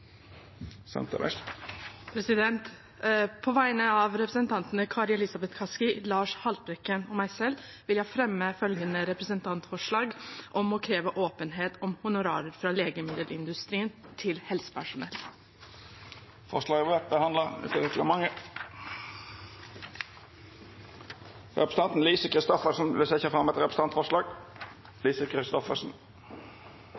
På vegne av representantene Kari Elisabeth Kaski, Lars Haltbrekken og meg selv vil jeg fremme representantforslag om å kreve åpenhet om honorarer fra legemiddelindustrien til helsepersonell. Representanten Lise Christoffersen vil setja fram eit representantforslag.